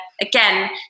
again